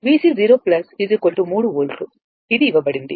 VC0 3 volt ఇది ఇవ్వబడింది